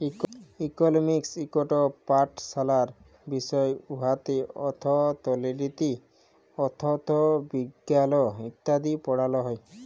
economics ইকট পাড়াশলার বিষয় উয়াতে অথ্থলিতি, অথ্থবিজ্ঞাল ইত্যাদি পড়াল হ্যয়